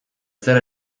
zer